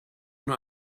want